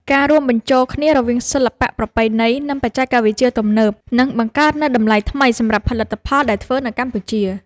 ការរួមបញ្ចូលគ្នារវាងសិល្បៈប្រពៃណី និង បច្ចេកវិទ្យាទំនើបនឹងបង្កើតនូវតម្លៃថ្មីសម្រាប់ផលិតផលដែលធ្វើនៅកម្ពុជា។